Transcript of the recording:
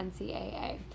NCAA